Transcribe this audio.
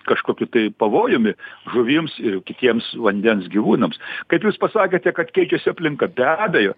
kažkokiu tai pavojumi žuvims ir kitiems vandens gyvūnams kaip jūs pasakėte kad keičiasi aplinka be abejo